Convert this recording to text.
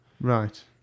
Right